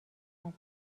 دهد